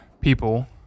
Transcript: people